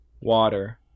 water